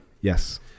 Yes